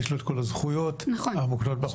יש לו את כל הזכויות המוקנות בחוק.